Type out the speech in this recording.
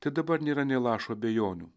tai dabar nėra nė lašo abejonių